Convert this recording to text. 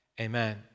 amen